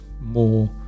more